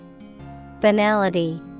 Banality